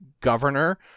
governor